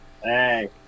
Hey